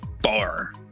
bar